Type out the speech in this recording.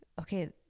okay